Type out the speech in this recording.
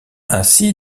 ainsi